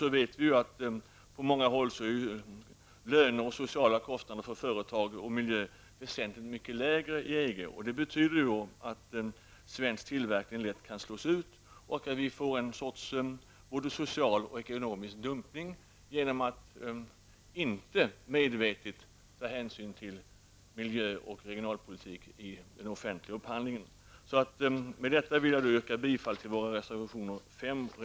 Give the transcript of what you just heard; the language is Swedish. Vi vet dessutom att löner och sociala kostnader liksom miljökostnader på många håll inom EG är väsentligt lägre än hos oss. Det betyder att svensk tillverkning lätt kan slås ut. Det blir ett slags social och ekonomisk dumpning om man medvetet inte tar hänsyn till miljö och regionalpolitik i den offentliga upphandlingen. Med detta yrkar jag bifall till våra reservationer, nr